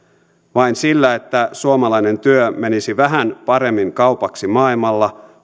vain sillä että suomalainen työ menisi vähän paremmin kaupaksi maailmalla